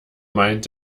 meint